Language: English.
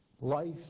life